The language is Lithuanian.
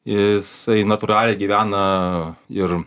jisai natūraliai gyvena ir